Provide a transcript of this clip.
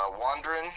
wandering